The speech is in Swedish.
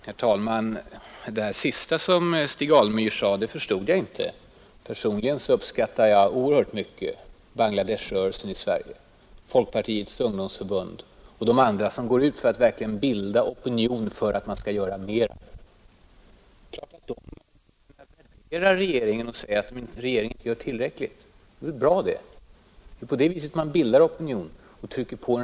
Herr talman! Det sista som Stig Alemyr sade förstod jag inte. Personligen uppskattar jag Bangla Desh-rörelsen i Sverige oerhört mycket, folkpartiets ungdomsförbund och de andra som går ut för att verkligen bilda opinion för att man skall göra mera för östbengalerna. Det är klart att de grupperna värderar regeringen och säger att regeringen inte gör tillräckligt. Det är bra. På det viset bildar man opinion och trycker på.